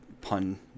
pun